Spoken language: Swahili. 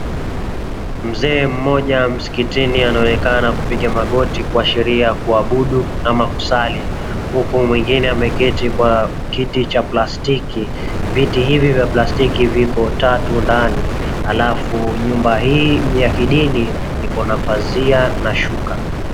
Mzee mmoja msikitini anaonekana kupiga magoti kuashiria kuabudu ama kusali, huku mwengine ameketi kwa kiti cha plastiki, viti hivi vya plastiki viko tatu ndani halafu nyumba hii ni ya kidini iko na pazia na shuka.